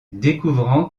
découvrant